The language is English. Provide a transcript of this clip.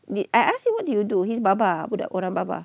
did I ask him what did you do he's baba budak orang baba